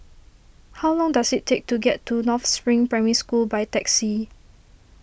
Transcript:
how long does it take to get to North Spring Primary School by taxi